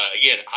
again